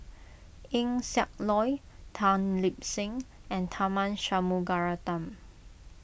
Eng Siak Loy Tan Lip Seng and Tharman Shanmugaratnam